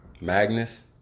Magnus